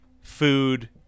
food